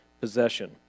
possession